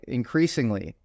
increasingly